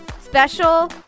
special